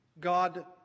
God